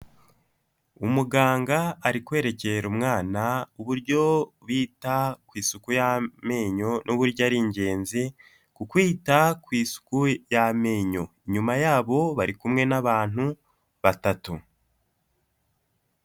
Umuganga ari kwerekera umwana uburyo bita ku isuku y'amenyo n'uburyo ari ingenzi ku kwita ku isuku y'amenyo, inyuma yabo bari kumwe n'abantu batatu.